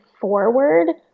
forward